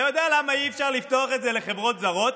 אתה יודע למה אי-אפשר לפתוח את זה לחברות זרות?